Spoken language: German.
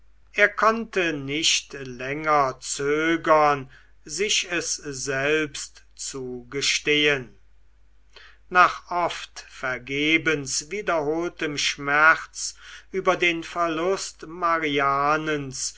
er konnte nicht länger zögern sich es selbst zugestehen nach oft vergebens wiederholtem schmerz über den verlust marianens